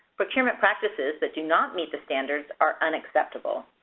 procurement practices that do not meet the standards are unacceptable!